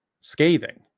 scathing